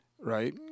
right